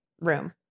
room